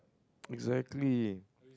exactly